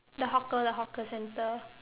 the hawker the hawker centre